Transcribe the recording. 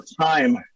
time